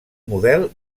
model